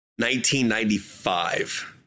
1995